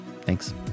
thanks